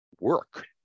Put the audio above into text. work